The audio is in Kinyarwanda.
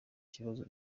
kibazo